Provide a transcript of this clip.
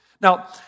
Now